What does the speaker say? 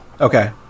Okay